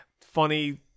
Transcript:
funny